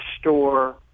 store